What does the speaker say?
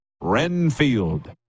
Renfield